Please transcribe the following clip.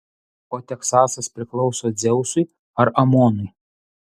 o teksasas priklauso dzeusui ar amonui